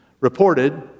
reported